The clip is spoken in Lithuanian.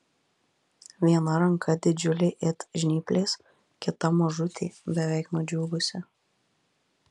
viena ranka didžiulė it žnyplės kita mažutė beveik nudžiūvusi